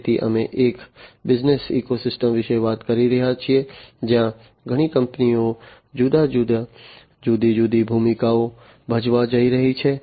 તેથી અમે એક બિઝનેસ ઇકોસિસ્ટમ વિશે વાત કરી રહ્યા છીએ જ્યાં ઘણી કંપનીઓ જુદી જુદી જુદી જુદી ભૂમિકાઓ ભજવવા જઈ રહી છે